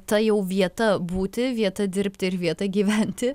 ta jau vieta būti vieta dirbti ir vieta gyventi